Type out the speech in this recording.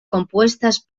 compuestas